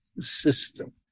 system